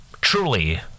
Truly